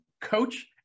coach